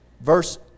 Verse